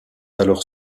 alors